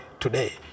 today